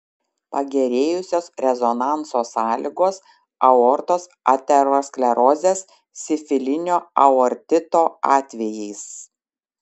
pagerėjusios rezonanso sąlygos aortos aterosklerozės sifilinio aortito atvejais